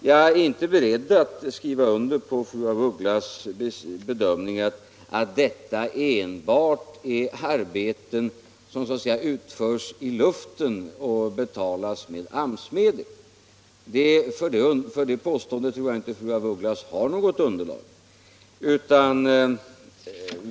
Jag är inte beredd att skriva under på fru af Ugglas bedömning att detta enbart är arbeten som så att säga utförs i luften och betalas med AMS-medel. För det påståendet tror jag inte fru af Ugglas har något underlag.